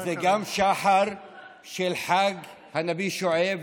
זה גם שחר של חג הנביא שועייב,